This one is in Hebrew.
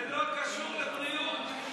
זה לא קשור לבריאות.